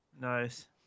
Nice